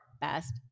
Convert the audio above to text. Best